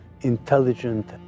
intelligent